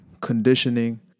conditioning